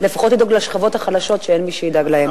לפחות לדאוג לשכבות החלשות שאין מי שידאג להן.